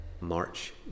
March